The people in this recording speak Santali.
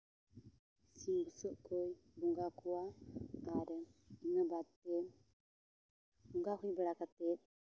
ᱥᱤᱢ ᱵᱩᱥᱟᱹᱜ ᱠᱚ ᱵᱚᱸᱜᱟ ᱠᱚᱣᱟ ᱟᱨ ᱚᱱᱟ ᱵᱟᱫᱛᱮ ᱵᱚᱸᱜᱟ ᱦᱩᱭ ᱵᱟᱲᱟ ᱠᱟᱛᱮᱫ